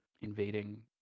invading